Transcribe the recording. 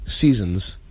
seasons